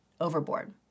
overboard